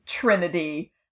trinity